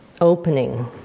opening